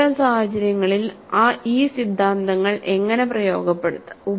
അത്തരം സാഹചര്യങ്ങളിൽ ഈ സിദ്ധാന്തങ്ങൾ എങ്ങനെ ഉപയോഗപ്പെടുത്താം